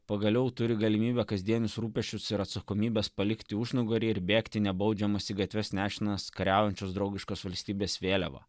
pagaliau turi galimybę kasdienius rūpesčius ir atsakomybes palikti užnugaryje ir bėgti nebaudžiamas į gatves nešinas kariaujančios draugiškos valstybės vėliava